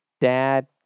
dad